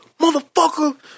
motherfucker